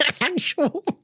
actual